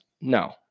No